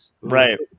Right